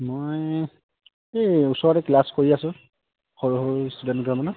মই এই ওচৰতে ক্লাছ কৰি আছো সৰু সৰু ষ্টুডেণ্ট দুটামানক